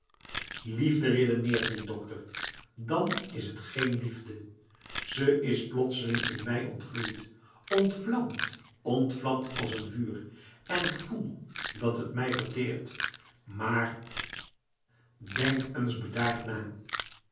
liefde redeneert niet dokter dan is het geen liefde ze is plotseling in mij ontgloeid ontvlamd als een vuur en ik voel dat het mij verteert maar denk eens bedaard na